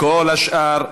כל השאר,